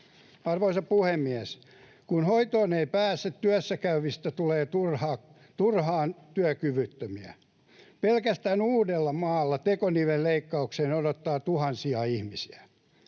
Arvoisa puhemies! Kun hoitoon ei pääse, työssäkäyvistä tulee turhaan työkyvyttömiä. Pelkästään Uudellamaalla tekonivelleikkaukseen odottaa tuhansia ihmisiä.